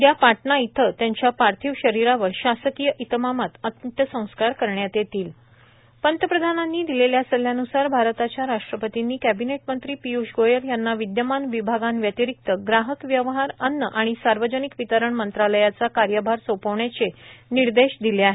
उदया पाटणा इथेच त्यांच्या पार्थिव शरीरावर शासकीय इतमामात अंत्यसंस्कार करण्यात येतील पीयष गोयल पंतप्रधानांनी दिलेल्या सल्ल्यान्सार भारताच्या राष्ट्रपतींनी कॅबिनेट मंत्री पीयूष गोयल यांना विद्यमान विभागांव्यतिरिक्त ग्राहक व्यवहार अन्न व सार्वजनिक वितरण मंत्रालयाचा कार्यभार सोपविण्याचे निर्देश दिले आहेत